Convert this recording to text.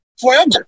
forever